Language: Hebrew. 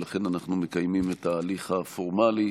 ולכן אנחנו מקיימים את ההליך הפורמלי,